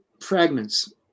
fragments